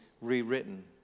rewritten